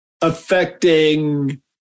affecting